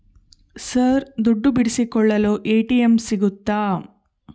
Sir ದುಡ್ಡು ಬಿಡಿಸಿಕೊಳ್ಳಲು ATM ಸಿಗುತ್ತಾ?